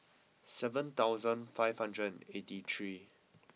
seven thousand five hundred and eighty three